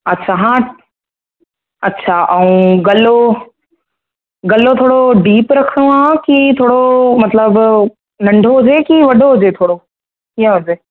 अच्छा हा अच्छा ऐं गलो गलो थोरो डीप रखिणो आहे कि थोड़ो मतिलबु नंढो हुजे कि वॾो हुजे थोरो कीअं हुजे